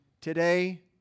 today